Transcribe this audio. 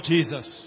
Jesus